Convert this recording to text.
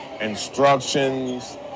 instructions